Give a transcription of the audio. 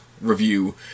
review